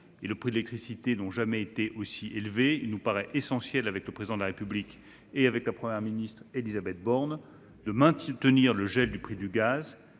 et de l'électricité n'ont jamais été aussi élevés, il nous paraît essentiel, avec le Président de la République et la Première ministre, Élisabeth Borne, de maintenir le gel du prix du gaz